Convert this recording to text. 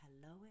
hello